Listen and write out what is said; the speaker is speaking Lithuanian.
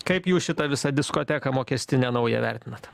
kaip jūs šitą visą diskoteką mokestinę naują vertinat